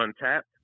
Untapped